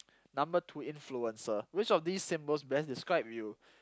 number two influencer which of these symbols best describe you